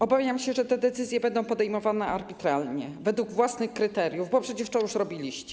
Obawiam się, że te decyzje będą podejmowane arbitralnie, według własnych kryteriów, bo przecież już to robiliście.